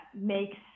makes